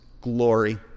glory